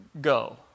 go